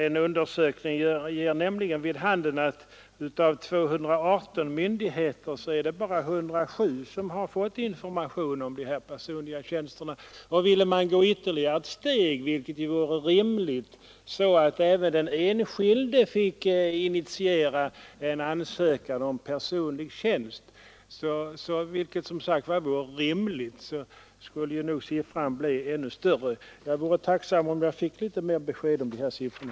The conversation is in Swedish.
En undersökning ger nämligen vid handen att av 218 myndigheter har bara 107 fått information om de personliga tjänsterna. Ville man gå ytterligare ett steg, vilket ju vore rimligt, så att även den enskilde fick initiera en ansökan om personlig tjänst, skulle nog siffran bli ännu större. Jag vore tacksam om jag fick litet utförligare besked om de här siffrorna.